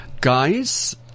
guys